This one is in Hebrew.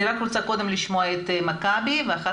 אני רק רוצה קודם לשמוע את מכבי ואחר